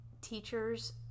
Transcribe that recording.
teachers